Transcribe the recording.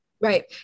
Right